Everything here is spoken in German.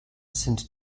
sind